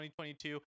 2022